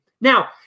Now